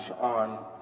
on